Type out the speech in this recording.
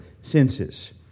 senses